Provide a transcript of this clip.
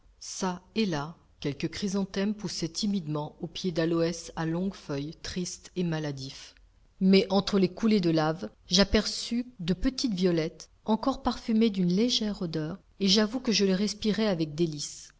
çà et là quelques chrysanthèmes poussaient timidement au pied d'aloès à longues feuilles tristes et maladifs mais entre les coulées de laves j'aperçus de petites violettes encore parfumées d'une légère odeur et j'avoue que je les respirai avec délices